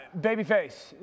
babyface